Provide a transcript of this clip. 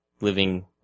living